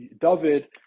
David